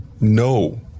No